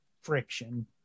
friction